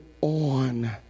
on